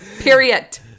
Period